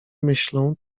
myślą